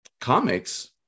comics